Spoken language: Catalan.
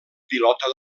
pilota